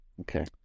Okay